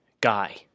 guy